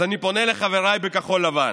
אז אני פונה לחבריי בכחול לבן: